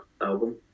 album